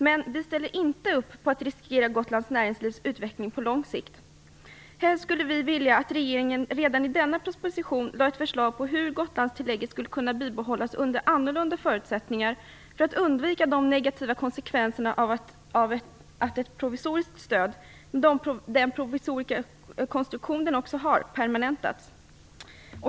Men vi ställer inte upp på att riskera Gotlands näringslivs utveckling på lång sikt. Helst hade vi velat att regeringen redan i denna proposition lagt fram ett förslag till hur Gotlandstillägget skulle kunna bibehållas under annorlunda förutsättningar för att undvika negativa konsekvenser av att ett provisoriskt stöd, med den provisoriska konstruktion det ändå har, permanentas.